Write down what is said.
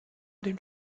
den